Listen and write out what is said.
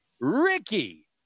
Ricky